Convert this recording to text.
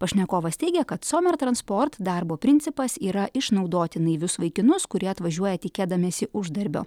pašnekovas teigė kad somer transport darbo principas yra išnaudoti naivius vaikinus kurie atvažiuoja tikėdamiesi uždarbio